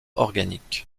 organiques